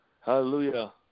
Hallelujah